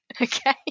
Okay